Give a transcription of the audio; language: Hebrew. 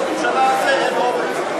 לרבין היה אומץ, מה שלראש ממשלה אחר אין אומץ.